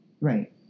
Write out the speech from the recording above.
Right